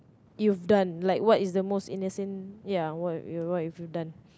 you've done like what is the most innocent ya what you what have you done